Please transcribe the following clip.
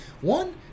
One